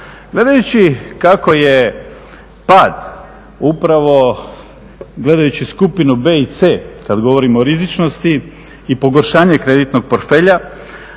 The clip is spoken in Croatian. Gledajući kako je pad upravo gledajući skupinu B i C kad govorimo o rizičnosti i pogoršanje kreditnog portfelja,